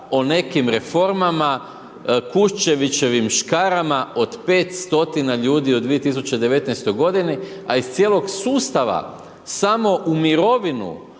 o nekim reformama, Kuščevićevim škarama od 500 ljudi u 2019. g. a iz cijelog sustava samo u mirovinu